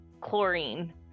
chlorine